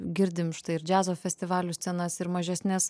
girdim štai ir džiazo festivalių scenas ir mažesnes